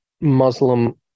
Muslim